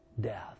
death